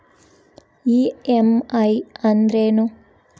EMI ಅಂದ್ರೇನು?